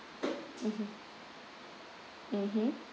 mmhmm mmhmm